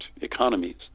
economies